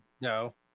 No